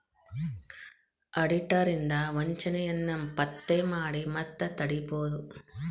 auditor ಇಂದಾ ವಂಚನೆಯನ್ನ ಪತ್ತೆ ಮಾಡಿ ಮತ್ತ ತಡಿಬೊದು